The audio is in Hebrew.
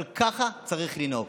אבל ככה צריך לנהוג.